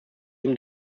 ihm